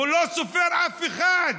הוא לא סופר אף אחד.